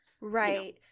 Right